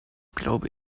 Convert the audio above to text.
glaube